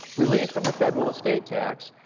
relief from the federal estate tax,